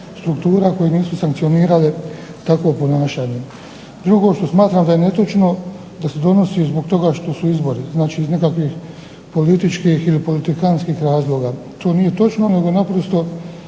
struktura koje nisu sankcionirale takvo ponašanje. Drugo što smatram da je netočno, da se donosi zbog toga što su izbori, znači iz nekakvih političkih ili politikantskih razloga. To nije točno nego naprosto